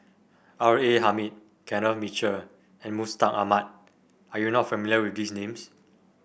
R A Hamid Kenneth Mitchell and Mustaq Ahmad are you not familiar with these names